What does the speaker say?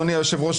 אדוני היושב-ראש,